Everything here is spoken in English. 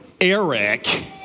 Eric